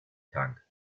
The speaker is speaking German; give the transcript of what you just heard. tank